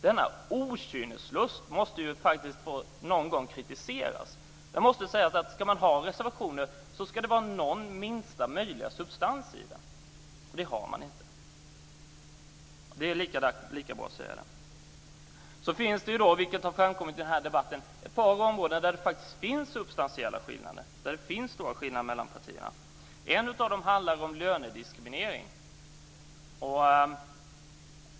Dessa okynnesreservationer måste faktiskt någon gång få kritiseras. Det måste få sägas att ska man ha reservationer ska det vara någon liten substans i dem, och det har man inte. Det är lika bra att säga det. Sedan finns det ett par områden där det faktiskt finns stora substantiella skillnader mellan partierna, vilket har framkommit i den här debatten. Det handlar bl.a. om lönediskriminering.